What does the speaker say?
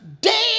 day